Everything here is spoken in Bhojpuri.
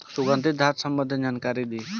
सुगंधित धान संबंधित जानकारी दी?